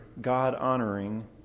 God-honoring